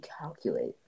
calculate